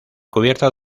cubierta